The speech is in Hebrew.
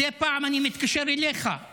מדי פעם אני מתקשר אליך,